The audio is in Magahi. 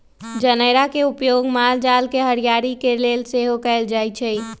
जनेरा के उपयोग माल जाल के हरियरी के लेल सेहो कएल जाइ छइ